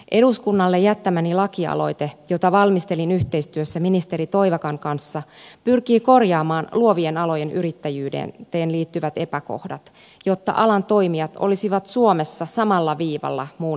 eduskunnalle jättämäni lakialoite jota valmistelin yhteistyössä ministeri toivakan kanssa pyrkii korjaamaan luovien alojen yrittäjyyteen liittyvät epäkohdat jotta alan toimijat olisivat suomessa samalla viivalla muun euroopan kanssa